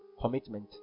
Commitment